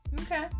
Okay